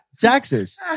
Taxes